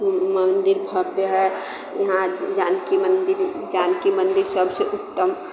मन्दिर भब्य है इहाँ जानकी मन्दिर जानकी मन्दिर सभसे उत्तम